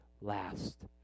last